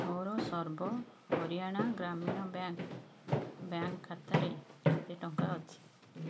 ମୋର Sarva Haryana Gramin bank bank ଖାତାରେ କେତେ ଟଙ୍କା ଅଛି